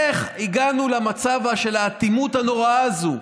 איך הגענו למצב של האטימות הנוראה הזו?